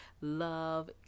love